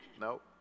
Nope